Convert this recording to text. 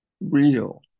real